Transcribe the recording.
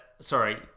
Sorry